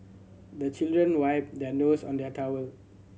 the children wipe their nose on their towel